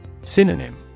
Synonym